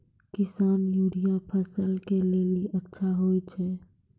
किसान यूरिया फसल के लेली अच्छा होय छै?